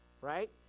Right